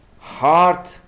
heart